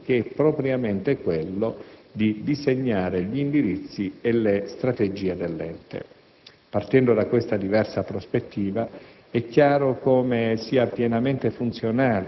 del ruolo istituzionale di tale organismo che è propriamente quello di disegnare gli indirizzi e le strategie dell'Ente. Partendo da questa diversa prospettiva,